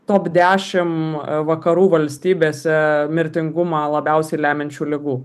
top dešimt vakarų valstybėse mirtingumą labiausiai lemiančių ligų